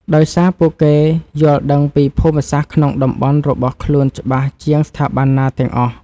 ដោយសារពួកគេយល់ដឹងពីភូមិសាស្ត្រក្នុងតំបន់របស់ខ្លួនច្បាស់ជាងស្ថាប័នណាទាំងអស់។